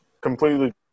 completely